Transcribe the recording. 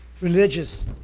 religious